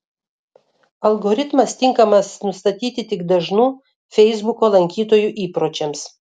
algoritmas tinkamas nustatyti tik dažnų feisbuko lankytojų įpročiams